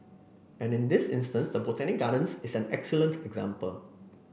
and in this instance the Botanic Gardens is an excellent example